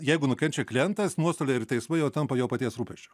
jeigu nukenčia klientas nuostoliai ir teismai jau tampa jo paties rūpesčiu